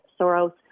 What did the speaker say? Soros